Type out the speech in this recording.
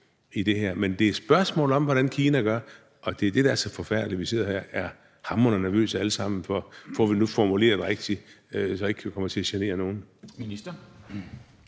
i det her. Men det er et spørgsmål om, hvad Kina gør, og det er det, der er så forfærdeligt. Vi sidder her og er hamrende nervøse alle sammen for, om vi nu får formuleret det rigtigt, så vi ikke kommer til at genere nogen. Kl.